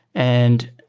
and